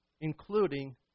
including